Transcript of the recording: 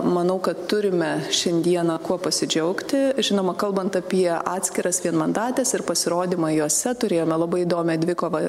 manau kad turime šiandieną kuo pasidžiaugti žinoma kalbant apie atskiras vienmandates ir pasirodymą jose turėjome labai įdomią dvikovą